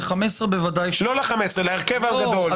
להרכב הגדול.